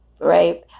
right